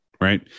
Right